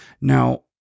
Now